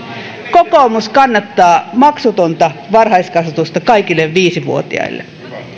kokoomus kannattaa maksutonta varhaiskasvatusta kaikille viisivuotiaille